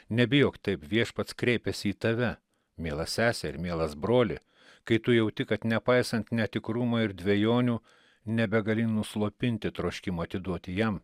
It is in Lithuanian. nebijok taip viešpats kreipiasi į tave miela sese ir mielas broli kai tu jauti kad nepaisant netikrumo ir dvejonių nebegali nuslopinti troškimo atiduoti jam